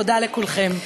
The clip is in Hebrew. תודה לכולכם.